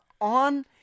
on